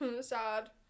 Sad